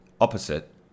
Opposite